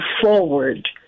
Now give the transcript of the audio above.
forward